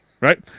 Right